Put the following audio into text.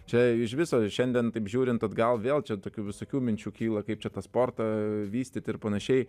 čia iš viso šiandien taip žiūrint atgal vėl čia tokių visokių minčių kyla kaip čia tą sportą vystyti ir panašiai